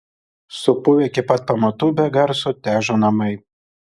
supuvę iki pat pamatų be garso težo namai